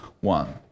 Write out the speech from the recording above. one